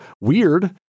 Weird